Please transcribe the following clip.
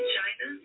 China